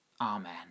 Amen